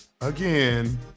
Again